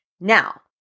Now